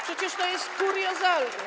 Przecież to jest kuriozalne.